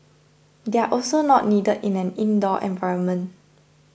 they are also not needed in an indoor environment